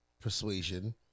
persuasion